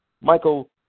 Michael